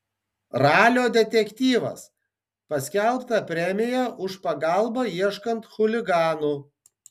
ralio detektyvas paskelbta premija už pagalbą ieškant chuliganų